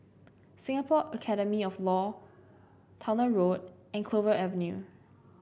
Singapore Academy of Law Towner Road and Clover Avenue